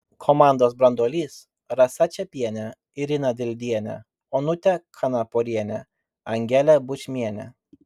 komandos branduolys rasa čepienė irina dildienė onutė kanaporienė angelė bučmienė